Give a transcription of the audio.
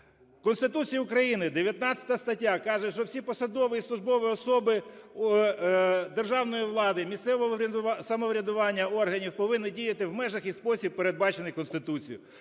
Конституція України, 19 стаття, каже, що всі посадові і службові особи державної влади, органів місцевого самоврядування повинні діяти в межах і спосіб, передбачених Конституцією.